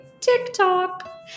TikTok